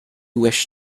wish